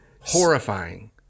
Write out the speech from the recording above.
Horrifying